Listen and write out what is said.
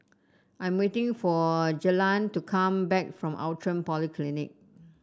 I'm waiting for Jalen to come back from Outram Polyclinic